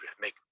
make